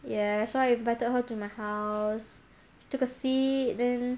ya so I invited her to my house took a seat then